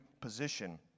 position